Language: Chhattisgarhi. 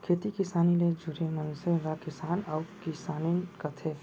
खेती किसानी ले जुरे मनसे ल किसान अउ किसानिन कथें